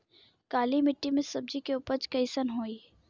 काली मिट्टी में सब्जी के उपज कइसन होई?